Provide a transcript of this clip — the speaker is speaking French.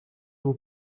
vous